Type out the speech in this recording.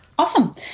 Awesome